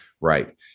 Right